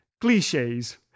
Cliches